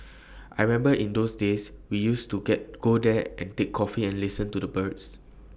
I remember in those days we used to go there and take coffee and listen to the birds